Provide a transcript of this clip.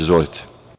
Izvolite.